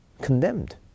condemned